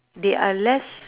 they are less